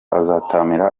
azataramira